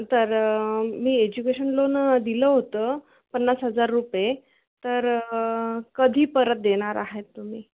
तर मी education loan दिलं होतं पन्नास हजार रुपये तर कधी परत देणार आहेत तुम्ही